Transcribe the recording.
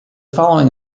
following